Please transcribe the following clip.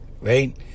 right